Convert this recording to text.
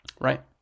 Right